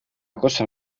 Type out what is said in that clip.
cosa